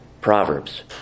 Proverbs